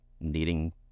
needing